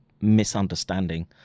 misunderstanding